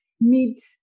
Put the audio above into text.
meet